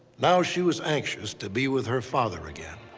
now, she was anxious to be with her father again.